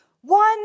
one